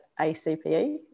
ACPE